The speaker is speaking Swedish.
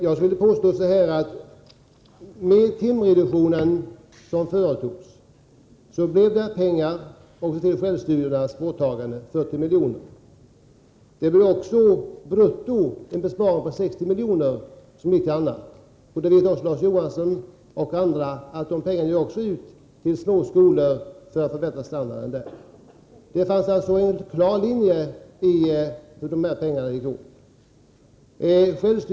Jag skulle vilja påstå att det genom det system med timreduktioner som infördes frigjordes medel, 40 miljoner, för självstudiernas borttagande. Det blev också brutto en besparing på 60 milj.kr., som gick till annat. Larz Johansson och även andra vet att de pengarna också gick ut till små skolor för att förbättra standarden där. Det fanns alltså en klar linje för hur de här pengarna skulle användas.